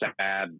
sad